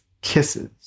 kisses